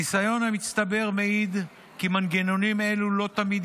הניסיון המצטבר מעיד כי מנגנונים אלו לא תמיד